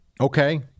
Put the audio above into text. Okay